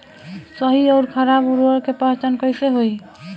सही अउर खराब उर्बरक के पहचान कैसे होई?